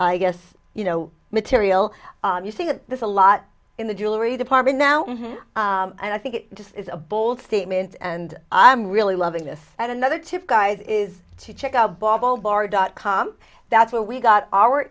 i guess you know material you see that there's a lot in the jewelry department now and i think it just is a bold statement and i'm really loving this and another tip guys is to check out a bottle bar dot com that's where we got our